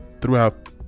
throughout